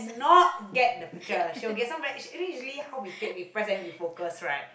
not get the picture she will get some very is usually how we take we press and we focus right